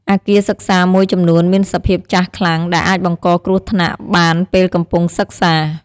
អគារសិក្សាមួយចំនួនមានសភាពចាស់ខ្លាំង ដែលអាចបង្កគ្រោះថ្នាក់បានពេលកំពុងសិក្សា។